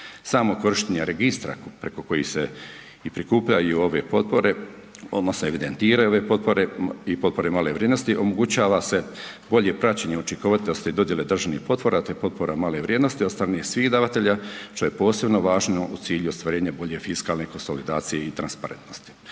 Samo korištenje registra preko kojih se i prikupljaju ove potpore, odmah se evidentiraju ove potpore i potpore male vrijednosti, omogućava se bolje praćenje učinkovitosti dodjele državnih potpora te potpora male vrijednosti od strane svih davatelja što je posebno važno u cilju ostvarenja bolje fiskalne konsolidacije i transparentnosti.